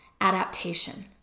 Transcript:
adaptation